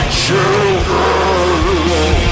children